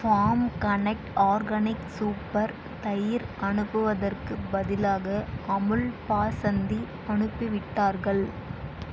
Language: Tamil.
ஃபார்ம் கனெக்ட் ஆர்கானிக் சூப்பர் தயிர் அனுப்புவதற்குப் பதிலாக அமுல் பாசந்தி அனுப்பிவிட்டார்கள்